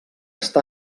està